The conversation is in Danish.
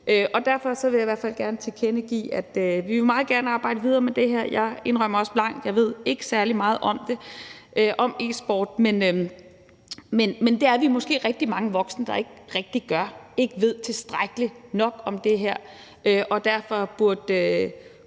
Derfor vil jeg i hvert fald gerne tilkendegive, at vi meget gerne vil arbejde videre med det her. Jeg indrømmer også blankt, at jeg ikke ved særlig meget om e-sport, men det er vi måske rigtig mange voksne der ikke rigtig gør, altså ikke ved tilstrækkelig om det her, og derfor burde